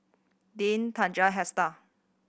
Dean Taja Hester